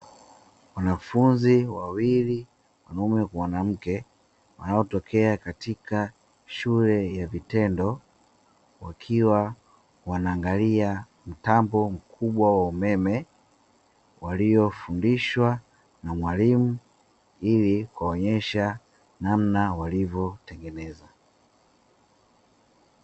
Wanafunzi wawili mwanaume kwa mwanamke , anaetokea katika shule ya vitendo , wakiwa wanaangalia mambo mkubwa wa umeme, waliofundishwa na mwalimu ili kuonyesha namna walivyotengeneza .